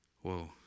Whoa